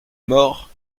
mort